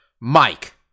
Mike